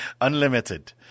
Unlimited